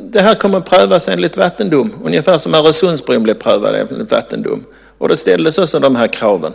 det kommer att prövas enligt vattendom ungefär på samma sätt som Öresundsbron blev prövad enligt vattendom. Då ställdes också de här kraven.